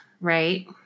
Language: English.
right